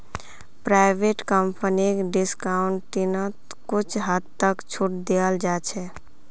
private कम्पनीक डिस्काउंटिंगत कुछ हद तक छूट दीयाल जा छेक